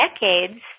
decades